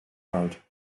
road